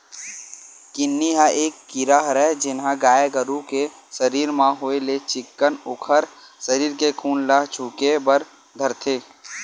किन्नी ह ये कीरा हरय जेनहा गाय गरु के सरीर म होय ले चिक्कन उखर सरीर के खून ल चुहके बर धरथे